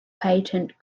patent